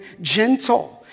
gentle